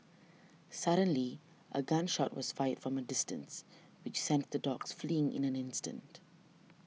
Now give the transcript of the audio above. suddenly a gun shot was fired from a distance which sent the dogs fleeing in an instant